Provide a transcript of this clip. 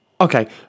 Okay